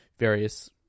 various